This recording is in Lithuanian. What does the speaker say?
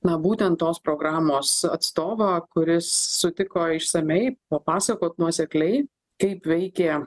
na būtent tos programos atstovą kuris sutiko išsamiai papasakot nuosekliai kaip veikė